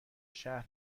شهر